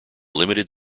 limited